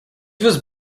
was